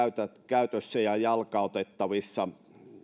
käytössä ja jalkautettavissa